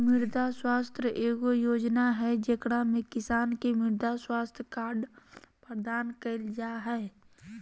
मृदा स्वास्थ्य एगो योजना हइ, जेकरा में किसान के मृदा स्वास्थ्य कार्ड प्रदान कइल जा हइ